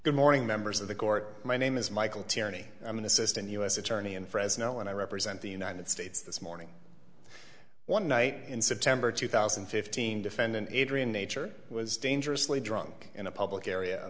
good morning members of the court my name is michael tierney i mean assistant u s attorney in fresno and i represent the united states this morning one night in september two thousand and fifteen defendant adrian nature was dangerously drunk in a public area o